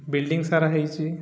building ସାରା ହେଇଛି